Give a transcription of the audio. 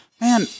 man